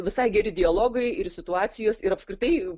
visai geri dialogai ir situacijos ir apskritai